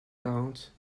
quarante